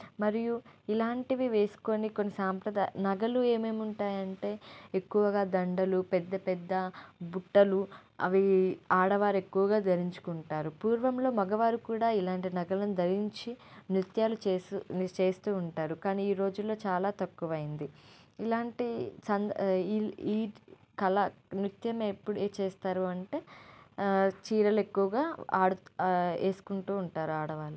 మరియు ఇలాంటివి వేసుకొని కొన్ని సాంప్రదాయ నగలు ఏమేమి ఉంటాయంటే ఎక్కువగా దండలు పెద్ద పెద్ద బుట్టలు అవి ఆడవారు ఎక్కువగా ధరించుకుంటారు పూర్వంలో మగవారు కూడా ఇలాంటి నగలను ధరించి నృత్యాలు చేస్తూ చేస్తూ ఉంటారు కానీ ఈ రోజుల్లో చాలా తక్కువయింది ఇలాంటి సంద్ ఈ ఈ కళ నృత్యం ఎప్పుడు చేస్తారు అంటే చీరలు ఎక్కువగా ఆడుతూ వేసుకుంటూ ఉంటారు ఆడవాళ్ళు